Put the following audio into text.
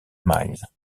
milles